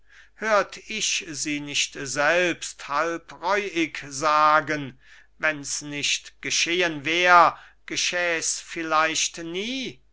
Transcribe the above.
hört ich sie nicht selbst halbreuig sagen wenn's nicht geschehen wär geschäh's vielleicht nie